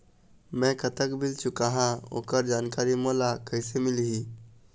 मैं कतक बिल चुकाहां ओकर जानकारी मोला कइसे मिलही?